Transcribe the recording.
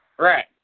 Right